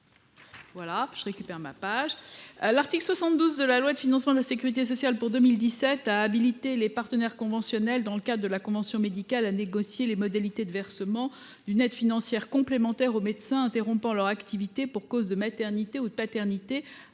collègue Michel Canévet. L’article 72 de la loi de financement de la sécurité sociale pour 2017 a habilité les partenaires conventionnels, dans le cadre de la convention médicale, à négocier les modalités de versement d’une aide financière complémentaire aux médecins interrompant leur activité pour cause de maternité ou de paternité,